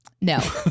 No